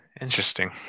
Interesting